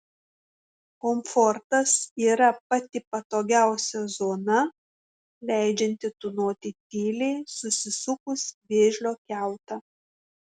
komfortas yra pati patogiausia zona leidžianti tūnoti tyliai susisukus į vėžlio kiautą